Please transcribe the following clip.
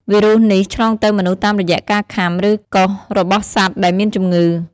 វីរុសនេះ ឆ្លងទៅមនុស្សតាមរយៈការខាំ ឬកោសរបស់សត្វដែលមានជំងឺ។